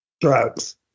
drugs